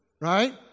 Right